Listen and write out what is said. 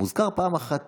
ירושלים מוזכרת פעם אחת